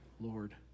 Lord